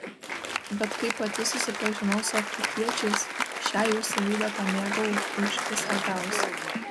bet kai pati susipažinau su afrikiečiais šią jų savybę pamėgau užvis labiausiai